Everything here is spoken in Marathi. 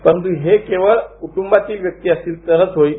परंतू हे फक्त क्ट्रंबातील व्यक्ती असतील तरच होईल